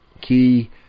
key